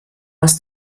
was